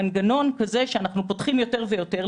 במנגנון שבו אנחנו פותחים יותר ויותר,